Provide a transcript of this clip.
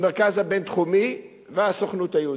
המרכז הבין-תחומי והסוכנות היהודית.